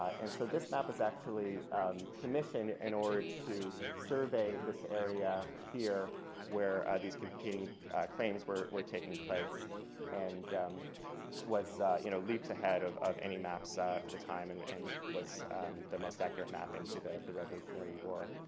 and so this map is actually commissioned in order to survey this area here where these competing claims were were taking place and was you know leaps ahead of of any maps ah for the time and and was the most accurate map into the the revolutionary war.